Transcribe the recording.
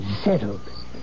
Settled